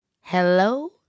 Hello